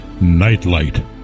Nightlight